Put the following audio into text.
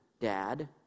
dad